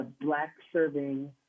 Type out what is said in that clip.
Black-serving